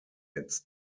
its